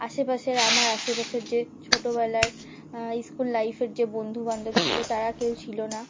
আশেপাশের আমার আশেপাশের যে ছোটোবেলার স্কুল লাইফের যে বন্ধু বান্ধব ছিলো তারা কেউ ছিলো না